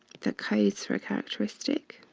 the codes for a characteristic.